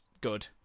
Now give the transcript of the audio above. good